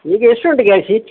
ನಿಮಗೆ ಎಷ್ಟು ಗಂಟೆಗೆ